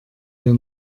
wir